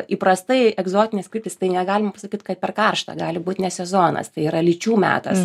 įprastai egzotinės kryptys tai negalima pasakyt kad per karšta gali būt ne sezonas tai yra lyčių metas